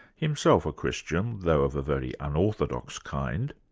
himself a christian, though of a very unorthodox kind.